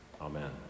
Amen